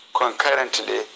concurrently